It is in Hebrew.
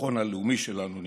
הביטחון הלאומי שלנו נפגע.